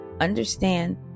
understand